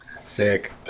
sick